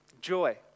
joy